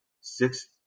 six